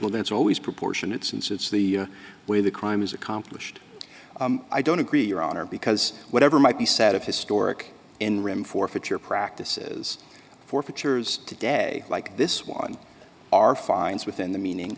well that's always proportionate since it's the way the crime is accomplished i don't agree your honor because whatever might be said of historic in ram forfeiture practices forfeitures today like this one are fines within the meaning